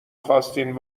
خواستین